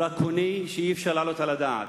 דרקוני, שאי-אפשר להעלות על הדעת,